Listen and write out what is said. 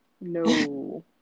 No